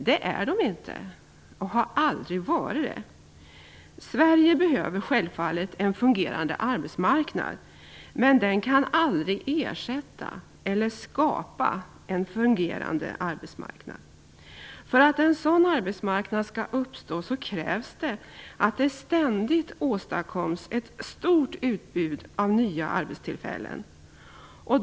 Det är de inte och har aldrig varit. Sverige behöver självfallet en fungerande arbetsmarknadspolitik. Men den kan aldrig ersätta eller skapa en fungerande arbetsmarknad. För att en sådan arbetsmarknad ska uppstå krävs det att det ständigt åstadkoms ett stort utbud av nya arbetstillfällen.